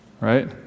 right